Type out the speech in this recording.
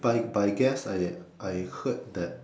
but but I guess I I heard that